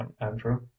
andrew